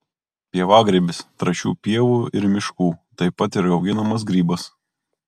pievagrybis trąšių pievų ir miškų taip pat ir auginamas grybas